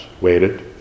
waited